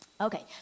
Okay